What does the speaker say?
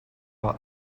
are